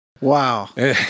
Wow